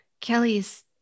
Kelly's